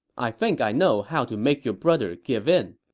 i think i know how to make your brother give in.